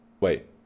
Wait